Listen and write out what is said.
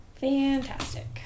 Fantastic